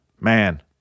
Man